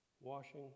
washing